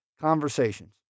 conversations